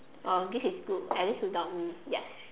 oh this is good at least without me yes